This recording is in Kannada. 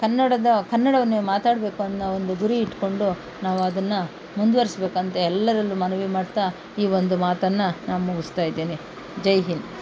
ಕನ್ನಡದ ಕನ್ನಡವನ್ನೇ ಮಾತಾಡಬೇಕು ಅನ್ನೋ ಒಂದು ಗುರಿ ಇಟ್ಕೊಂಡು ನಾವು ಅದನ್ನು ಮುಂದುವರಿಸ್ಬೇಕಂತ ಎಲ್ಲರಲ್ಲೂ ಮನವಿ ಮಾಡ್ತಾ ಈ ಒಂದು ಮಾತನ್ನು ನಾನು ಮುಗಿಸ್ತಾಯಿದ್ದೀನಿ ಜೈ ಹಿಂದ್